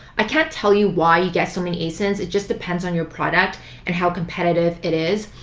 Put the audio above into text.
i can't tell you why you get so many asins, it just depends on your product and how competitive it is.